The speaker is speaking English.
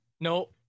no